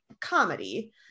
comedy